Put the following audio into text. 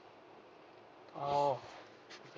oh